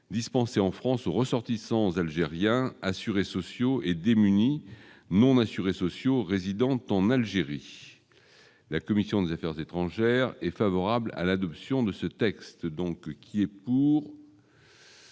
dispensés en France aux ressortissants algériens, assurés sociaux et démunis non assurés sociaux, résidente en Algérie, la commission des Affaires étrangères est favorable à l'adoption de ce texte, donc qui est pour.